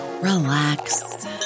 relax